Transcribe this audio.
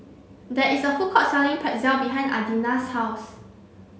there is a food court selling Pretzel behind Adina's house